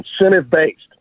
incentive-based